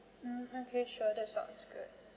mm okay sure that's sound is good